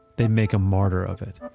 they'll make a martyr of it.